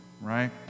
right